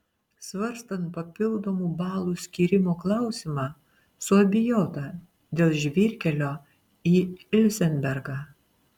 svarstant papildomų balų skyrimo klausimą suabejota dėl žvyrkelio į ilzenbergą